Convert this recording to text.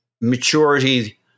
maturity